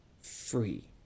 free